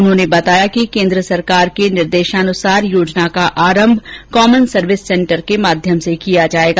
उन्होंने बताया कि केन्द्र सरकार के निर्देशानुसार योजना का आरंभ कॉमन सर्विस सेंटर के माध्यम से किया जाएगा